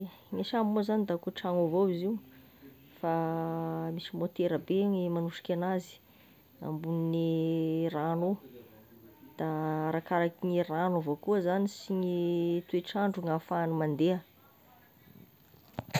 Gne sambo moa zagny da koa tragno avao izy io, fa misy môtera be igny e magnosiky anazy, ambonigne rano io, da arakaraky gne rano avao koa zany, sy gne toetr'andro gn'afahagny mandeha.